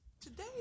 today